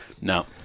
No